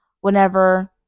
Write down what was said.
whenever